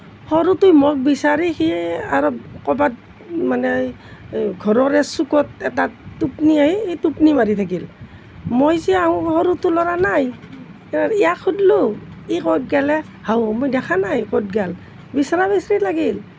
সৰুটোৱে মোক বিচাৰি সি আৰু ক'ৰবাত মানে ঘৰৰে চুকত এটাত টোপনিয়াই সি টোপনি মাৰি থাকিল মই যে আহোঁ সৰুটো ল'ৰা নাই ইয়াক সধিলোঁ ই ক'ত গ'ল হে হাও মই দেখা নাই ক'ত গ'ল বিচৰা বিচৰি লাগিল